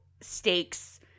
stakes